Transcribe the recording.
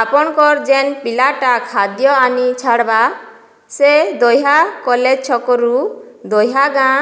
ଆପଣକର୍ ଯେନ୍ ପିଲାଟା ଖାଦ୍ୟ ଆନି ଛାଡ଼୍ବା ସେ ଦହିୟା କଲେଜ୍ ଛକ୍ରୁ ଦହିୟା ଗାଁ